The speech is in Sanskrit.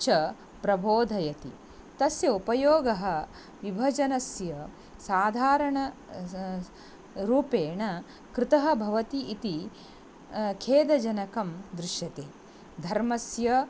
च प्रबोधयति तस्य उपयोगः विभजनस्य साधारण रूपेण कृतः भवति इति खेदजनकं दृश्यते धर्मस्य